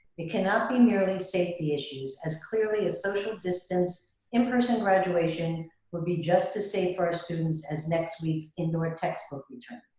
it cannot be merely safety issues as clearly as social distance in person graduation will be just as safe for our students as next week's indoor textbook return.